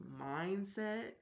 mindset